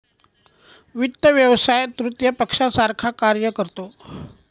वित्त व्यवसाय तृतीय पक्षासारखा कार्य करतो